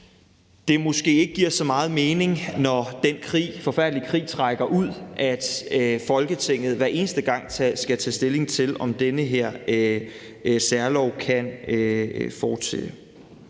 det måske ikke giver så meget mening, når den forfærdelige krig trækker ud, at Folketinget hver eneste gang skal tage stilling til, om den her særlov kan fortsætte.